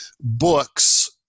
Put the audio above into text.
books